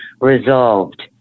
resolved